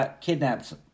kidnaps